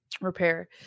repair